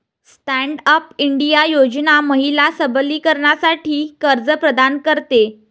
stand up India योजना महिला सबलीकरणासाठी कर्ज प्रदान करते